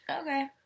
Okay